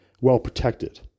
well-protected